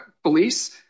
Police